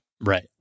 Right